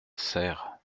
serres